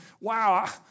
wow